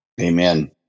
Amen